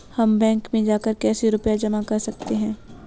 हम बैंक में जाकर कैसे रुपया जमा कर सकते हैं?